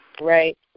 Right